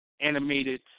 animated